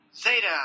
Zeta